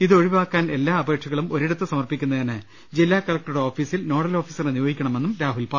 ഇതൊഴിവാക്കാൻ എല്ലാ അപേക്ഷകളും ഒരിടത്ത് സമർപ്പിക്കുന്നതിന് ജില്ലാ കലക്ടറുടെ ഓഫീസിൽ നോഡൽ ഓഫീസറെ നിയോഗിക്കണമെന്നും രാഹുൽ പറഞ്ഞു